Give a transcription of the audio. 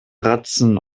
ratzen